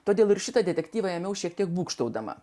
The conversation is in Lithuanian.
todėl ir šitą detektyvą ėmiau šiek tiek būgštaudama